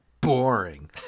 boring